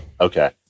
Okay